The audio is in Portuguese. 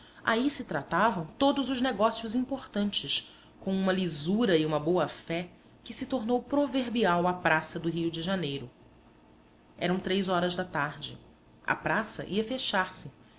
aí se tratavam todos os negócios importantes com uma lisura e uma boa-fé que se tornou proverbial à praça do rio de janeiro eram três horas da tarde a praça ia fechar-se